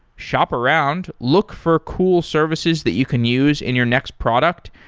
shop around, look for cool services that you can use in your next product,